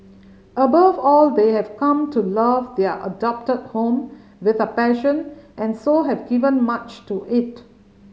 above all they have come to love their adopted home with a passion and so have given much to it